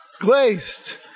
glazed